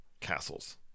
castles